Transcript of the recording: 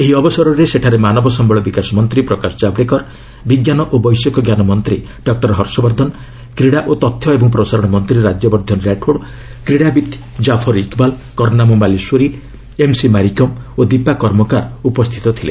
ଏହି ଅବସରରେ ସେଠାରେ ମାନବ ସମ୍ଘଳ ବିକାଶ ମନ୍ତ୍ରୀ ପ୍ରକାଶ କାବ୍ଡେକର ବିଜ୍ଞାନ ଓ ବୈଷୟିକ ଜ୍ଞାନ ମନ୍ତ୍ରୀ ଡକୁର ହର୍ଷବର୍ଦ୍ଧନ କ୍ରୀଡ଼ା ଓ ତଥ୍ୟ ଏବଂ ପ୍ରସାରଣ ମନ୍ତ୍ରୀ ରାଜ୍ୟବର୍ଦ୍ଧନ ରାଠୋଡ୍ କ୍ରୀଡ଼ାବିତ୍ କାଫର ଇକ୍ବାଲ୍ କର୍ଣ୍ଣାମ ମାଲେଶ୍ୱରୀ ଏମ୍ସି ମାରି କମ୍ ଓ ଦୀପା କର୍ମକାର ଉପସ୍ଥିତ ଥିଲେ